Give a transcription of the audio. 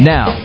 Now